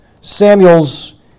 Samuel's